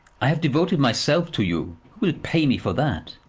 i have devoted myself to you. who will pay me for that?